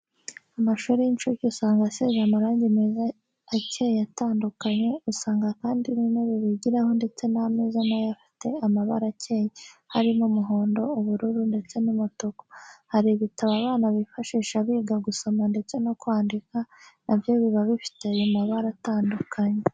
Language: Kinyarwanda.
Amashuri y'incuke usanga asize amarangi meza akeye atandukanye, usanga kandi n'intebe bigiraho ndetse n'ameza nayo aba afite amabara akeye, harimo umuhondo, ubururu, ndetse n'umutuku. Hari ibitabo abana bifashisha biga gusoma ndetse no kwandika, na byo biba bifite ayo mabara atandukanye.